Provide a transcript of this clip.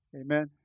Amen